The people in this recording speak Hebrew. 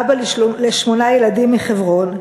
אבא לשמונה ילדים מחברון,